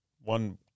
one